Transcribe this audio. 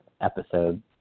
episode